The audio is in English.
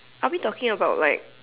are we talking about like